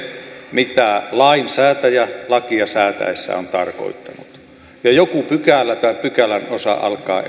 mitä lainsäätäjä lakia säätäessään on tarkoittanut ja joku pykälä tai pykälän osa alkaa